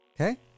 Okay